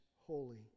holy